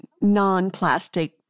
non-plastic